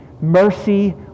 Mercy